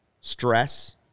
stress